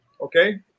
okay